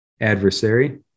adversary